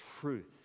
truth